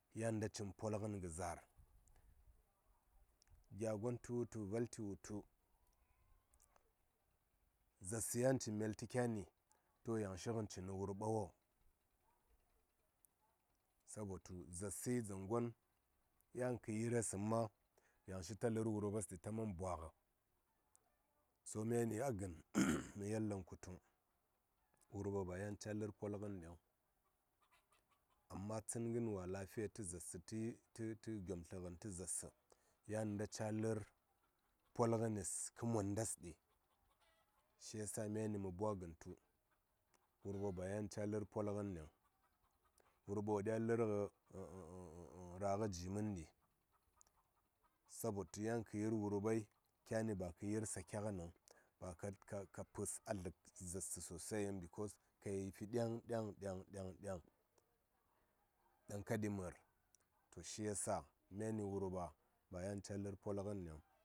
yan də cin pol ngən kə zaar gya gon tu wutu valti wutu zaarsə yan ci meltə kyani to yan shi ngən cini wurɓa wo sabo tu zaar səi dzaŋ gon yan kə yire səŋ ma yaŋ shi ta lər wurɓes ɗi ta man bwa ngə so myani a gən mə yel wurɓa ba yan caa lər pol ngən ɗiŋ amma tsən ngən walafiy tə təzaarsə tə gyom tlə ngən tə zaarsə yan da caa lər pol ngənes kə mondas, shi ya sa myani mə bwa ngən tu wurɓa ba yan caa lər pol ngən ɗiŋ wurɓa wo ɗya lər ngə rah ngə ji mən ɗi sabo tu yan kə yir wurɓai ba ki tə sake ngə niŋ ba ka pəs a dlək zaarsə sosai yiŋ bikos ka yi fi ɗyaŋ ɗyaŋ ɗyaŋ ɗyaŋ ɗaŋ kaɗi mər to shi ya sa wurɓa ba yan caa lər pol ngən ɗiŋ.